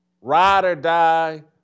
ride-or-die